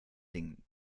dingen